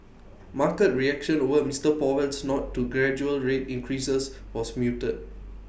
market reaction over Mister Powell's nod to gradual rate increases was muted